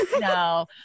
No